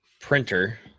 printer